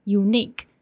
unique